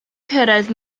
cyrraedd